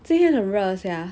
今天很热 sia